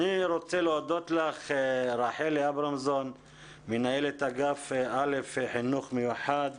אני רוצה להודות לך רחלי אברמזון מנהלת אגף חינוך מיוחד